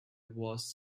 was